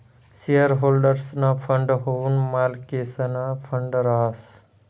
share होल्डर्सना fund हाऊ मालकेसना फंड रहास